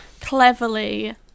cleverly